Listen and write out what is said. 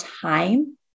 time